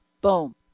Boom